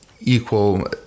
equal